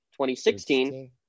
2016